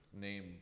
name